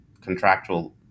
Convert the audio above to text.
contractual